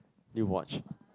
did you watch